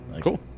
Cool